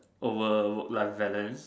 overwork life balance